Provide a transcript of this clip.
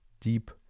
deep